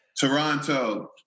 Toronto